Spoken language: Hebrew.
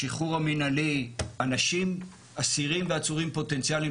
השחרור המנהלי אנשים אסירים ועצורים פוטנציאליים